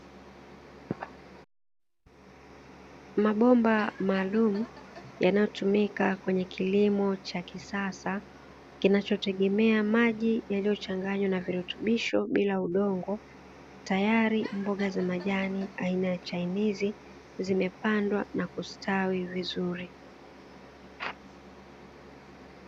Mabomba maalumu yanayotumika kwenye kilimo cha kisasa, kinachotegemea maji yaliyochanganywa na virutubisho bila udongo, tayari mboga za majani aina ya chinizi zimepandwa na kustawi vizuri.